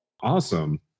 Awesome